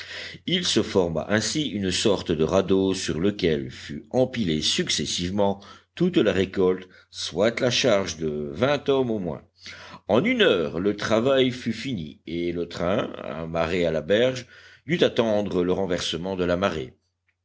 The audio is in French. il se forma ainsi une sorte de radeau sur lequel fut empilée successivement toute la récolte soit la charge de vingt hommes au moins en une heure le travail fut fini et le train amarré à la berge dut attendre le renversement de la marée